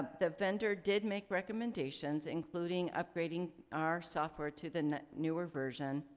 the vendor did make recommendations including upgrading our software to the newer version,